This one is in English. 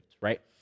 right